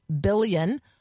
billion